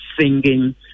singing